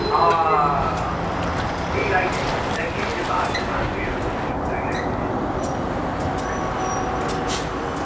हाँ ठीक लाग जहियें लाग जहियें जब बाहर दुकान पर अहियें तो ठीक ठाक लग जहियें आयँ कन्सेशन जो है